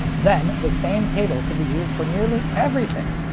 then, the same cable could be used for nearly everything!